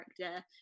character